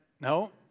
no